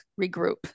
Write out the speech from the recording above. regroup